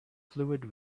fluid